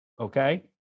okay